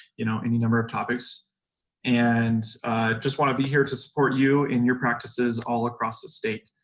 you know, any number of topics and i just want to be here to support you in your practices all across the state.